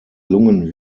lungen